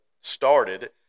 started